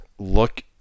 look